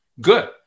good